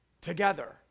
together